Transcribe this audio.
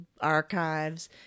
archives